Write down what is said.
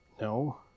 No